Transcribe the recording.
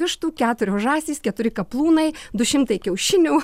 vištų keturios žąsys keturi kaplūnai du šimtai kiaušinių